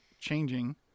changing